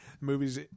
Movies